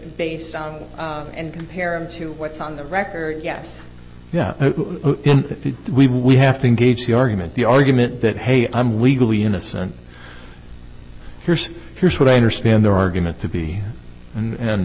based on and compare it to what's on the record yes yeah we have to engage the argument the argument that hey i'm legally innocent here's here's what i understand their argument to be and